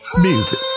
music